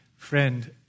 Friend